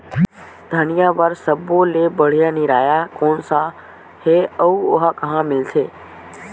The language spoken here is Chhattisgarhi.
धनिया बर सब्बो ले बढ़िया निरैया कोन सा हे आऊ ओहा कहां मिलथे?